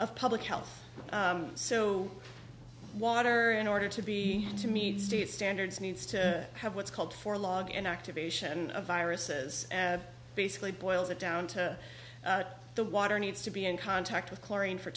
of public health so water an order to be to meet state standards needs to have what's called for a log and activation of viruses basically boils down to the water needs to be in contact with chlorine for